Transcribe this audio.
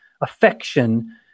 affection